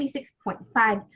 six point five.